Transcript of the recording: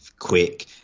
quick